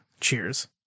Cheers